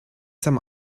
some